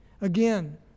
Again